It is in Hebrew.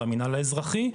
המנהל האזרחי,